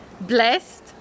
blessed